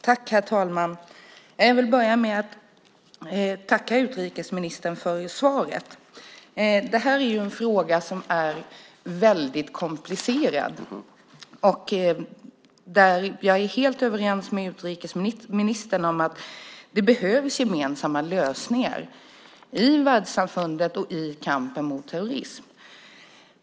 Herr talman! Jag vill börja med att tacka utrikesministern för svaret. Det här är en fråga som är väldigt komplicerad. Jag är helt överens med utrikesministern om att det behövs gemensamma lösningar i världssamfundet när det gäller kampen mot terrorism.